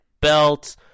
Belt